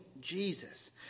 Jesus